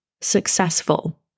successful